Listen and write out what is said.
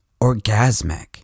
orgasmic